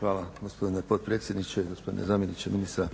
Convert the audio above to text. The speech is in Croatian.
Hvala gospodine potpredsjedniče. Gospodine zamjeniče ministra.